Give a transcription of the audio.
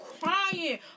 crying